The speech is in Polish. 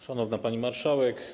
Szanowna Pani Marszałek!